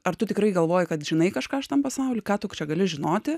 ar tu tikrai galvoji kad žinai kažką šitam pasauly ką tu čia gali žinoti